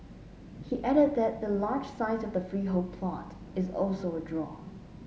he added that the large size of the freehold plot is also a draw